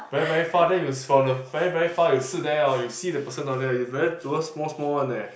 very very far then you s~ from the very very far you sit there hor you see the person down there you very towards small small one eh